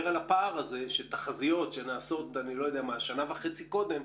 על הפער של תחזיות שנעשות שנה וחצי קודם,